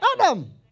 Adam